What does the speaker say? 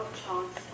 chance